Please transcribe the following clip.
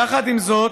יחד עם זאת,